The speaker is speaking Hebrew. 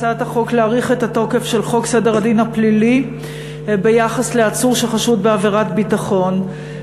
שהוא הצעת חוק סדר הדין הפלילי (עצור החשוד בעבירות ביטחון)